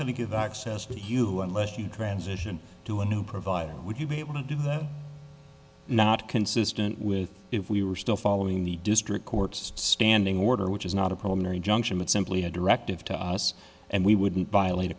going to give access to you unless you transition to a new provider would you be able to do that not consistent with if we were still following the district court's standing order which is not a problem very junction but simply a directive to us and we wouldn't violate a